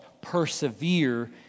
persevere